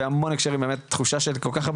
בהמון הקשרים אז ככה זו באמת תחושה של כל כך הרבה